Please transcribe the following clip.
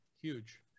huge